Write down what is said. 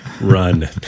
Run